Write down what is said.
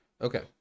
Okay